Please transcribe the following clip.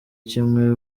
kimwe